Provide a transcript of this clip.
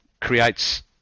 creates